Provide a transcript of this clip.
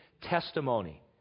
testimony